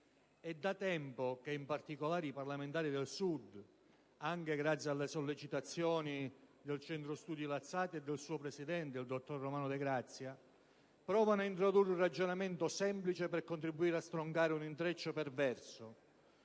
È da tempo che in particolare i parlamentari del Sud, anche grazie alle sollecitazioni del Centro studi Lazzati e del suo presidente, dottor Romano De Grazia, provano ad introdurre un ragionamento semplice per contribuire a stroncare un intreccio perverso.